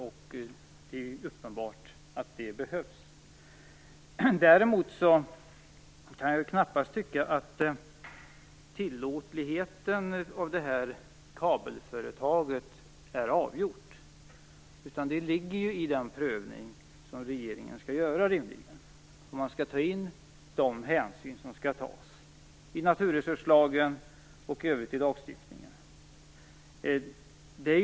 Det är uppenbart att det behövs. Däremot kan jag knappast tycka att frågan om tilllåtandet av det här kabelföretaget är avgjord. Den ligger i den prövning som regeringen rimligen bör göra, om man skall ta hänsyn till naturresurslagen och lagstiftningen i övrigt.